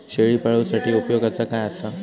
शेळीपाळूसाठी उपयोगाचा काय असा?